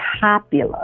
popular